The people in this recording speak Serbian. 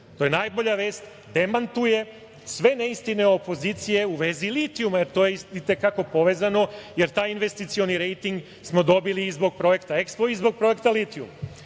to je najbolja vest, demantuje sve neistine opozicije u vezi litijuma. To je i te kako povezano, jer taj investicioni rejting smo dobili zbog projekta Ekspo i projekta litijum. Na